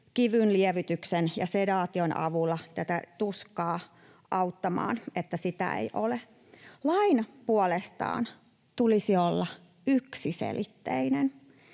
kivunlievityksen ja sedaation avulla tätä tuskaa auttamaan, että sitä ei ole. Lain puolestaan tulisi olla yksiselitteinen.